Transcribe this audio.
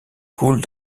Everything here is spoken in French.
coule